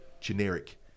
generic